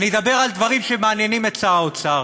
אני אדבר על דברים שמעניינים את שר האוצר.